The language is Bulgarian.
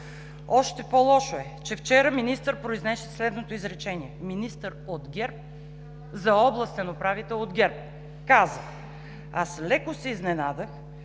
Още по лошо е, че вчера министър произнесе следното изречение – министър от ГЕРБ, за областен управител от ГЕРБ, каза: „Аз леко се изненадах,